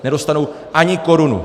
Nedostanou ani korunu.